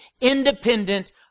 independent